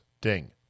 ding